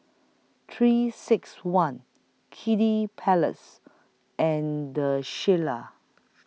three six one Kiddy Palace and Shilla